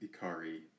Ikari